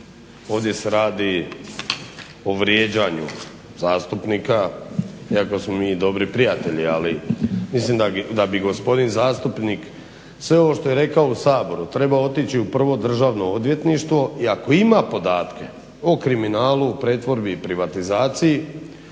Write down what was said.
ovdje se radi o vrijeđanju zastupnika iako smo mi dobri prijatelji, ali mislim da bi gospodin zastupnik sve ovo što je rekao u Saboru trebao otići u prvo Državno odvjetništvo i ako ima podatke o kriminalu, pretvorbi i privatizaciji